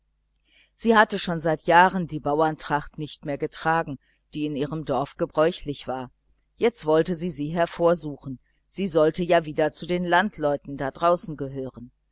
sie hatte schon seit jahren die bauerntracht nimmer getragen die in ihrem dorf gebräuchlich war jetzt wollte sie sie hervorsuchen sie sollte ja wieder zu den landleuten da draußen gehören